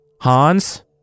Hans